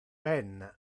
ben